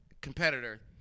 competitor